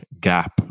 gap